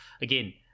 again